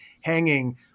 hanging